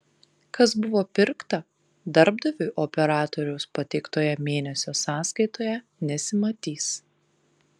kas buvo pirkta darbdaviui operatoriaus pateiktoje mėnesio sąskaitoje nesimatys